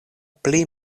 pli